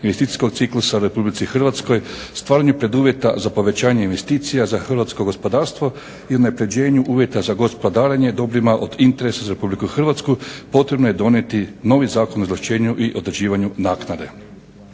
investicijskog ciklusa u Republici Hrvatskoj, stvaranju preduvjeta za povećanje investicija za hrvatsko gospodarstvo i unapređenju uvjeta za gospodarenje dobrima od interesa za Republiku Hrvatsku potrebno je donijeti novi Zakon o izvlaštenju i određivanju naknade.